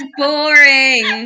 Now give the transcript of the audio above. boring